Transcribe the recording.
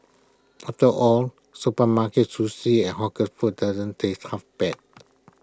after all supermarket sushi and hawker food doesn't taste half bad